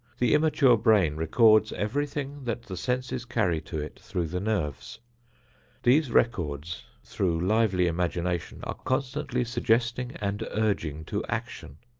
the immature brain records everything that the senses carry to it through the nerves these records, through lively imagination, are constantly suggesting and urging to action.